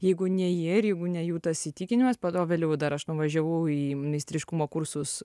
jeigu ne jie ir jeigu ne jų tas įtikinimas po to vėliau dar aš nuvažiavau į meistriškumo kursus